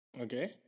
Okay